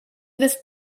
this